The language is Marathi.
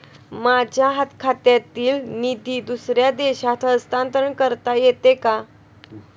माझ्या खात्यातील निधी दुसऱ्या देशात हस्तांतर करता येते का?